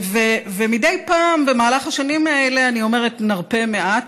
מדי פעם במהלך השנים האלה אני אומרת: נרפה מעט,